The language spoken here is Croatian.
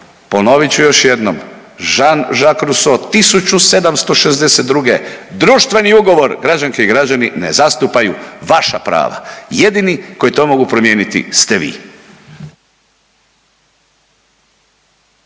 ponovit ću još jednom, Jean-Jacques Rousseau 1762. društveni ugovor građanke i građani ne zastupaju vaša prava, jedini koji to mogu promijeniti ste vi.